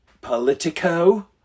politico